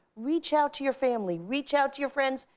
reach out to your family. reach out to your friends.